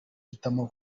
uhitamo